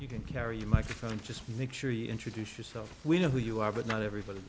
you can carry your microphone just make sure you introduce yourself we know who you are but not everybody